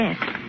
Yes